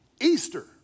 Easter